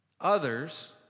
others